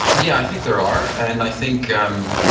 yeah, i think there are. and i think um